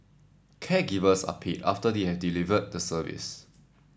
caregivers are paid after they have delivered the service